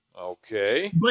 Okay